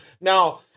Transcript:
Now